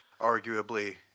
arguably